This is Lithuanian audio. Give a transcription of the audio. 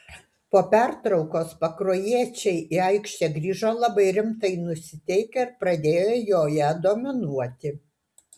po pertraukos pakruojiečiai į aikštę grįžo labai rimtai nusiteikę ir pradėjo joje dominuoti